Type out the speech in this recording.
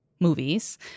movies